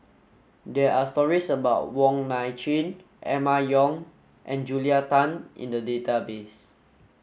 there are stories about Wong Nai Chin Emma Yong and Julia Tan in the database